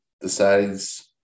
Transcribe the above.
decides